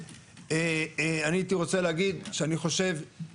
ברגע שזה עשה את המטרה, אני חושב שלא צריך שלטים.